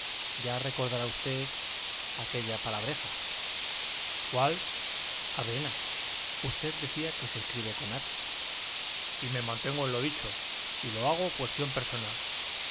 ya recordará usted aquella palabreja cuál avena usted decía que se escribe con h y me mantengo en lo dicho y lo hago cuestión personal